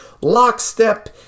lockstep